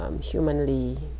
humanly